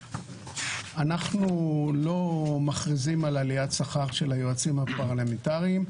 אנחנו לא מכריזים על עליית שכר של היועצים הפרלמנטריים.